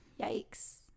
yikes